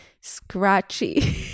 scratchy